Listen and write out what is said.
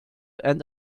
and